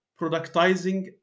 productizing